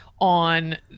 on